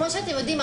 כפי שאתם יודעים,